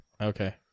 Okay